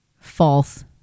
false